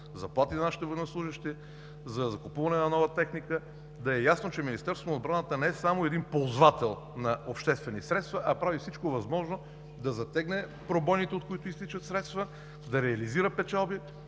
заплати на нашите военнослужещи, за закупуване на нова техника, за да е ясно, че Министерството на отбраната не е само един ползвател на обществени средства, а прави всичко възможно да затегне пробойните, от които изтичат средства, да реализира печалби,